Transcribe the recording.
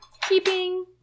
keeping